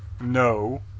No